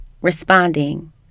responding